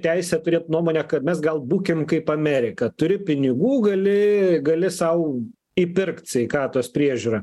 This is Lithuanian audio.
teisę turėt nuomonę kad mes gal būkim kaip amerika turi pinigų gali gali sau įpirkt sveikatos priežiūrą